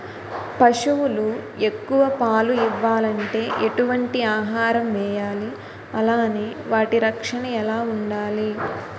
పశువులు ఎక్కువ పాలు ఇవ్వాలంటే ఎటు వంటి ఆహారం వేయాలి అలానే వాటి రక్షణ ఎలా వుండాలి?